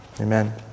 Amen